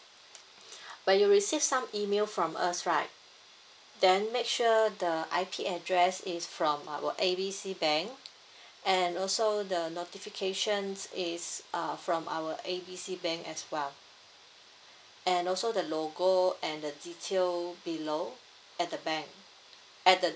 when you receive some email from us right then make sure the I_P address is from our A B C bank and also the notifications is uh from our A B C bank as well and also the logo and the detail below at the bank at the